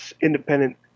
independent